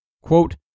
Quote